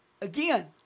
again